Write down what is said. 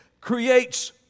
creates